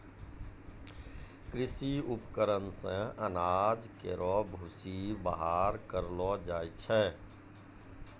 कृषि उपकरण से अनाज केरो भूसी बाहर करलो जाय छै